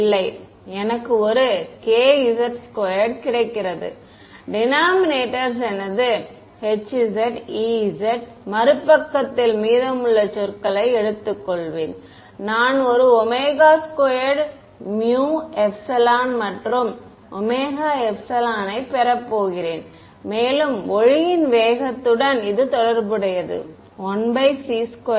இல்லை எனக்கு ஒரு kz2 கிடைக்கிறது டினாமினேட்டர்ஸ் எனது hz ez மறுபக்கத்தில் மீதமுள்ள சொற்களை எடுத்துக்கொள்வேன் நான் ஒரு ω2με மற்றும் με வை பெறப் போகிறேன் மேலும் ஒளியின் வேகத்துடன் இது தொடர்புடையது 1c2